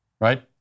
right